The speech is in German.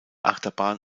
achterbahn